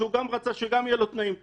שהוא גם רצה שגם יהיה לו תנאים טובים.